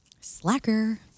Slacker